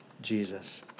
Jesus